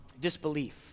disbelief